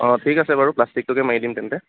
অ ঠিক আছে বাৰু প্লাষ্টিকটোকে মাৰি দিম তেন্তে